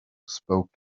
spoke